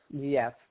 Yes